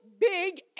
big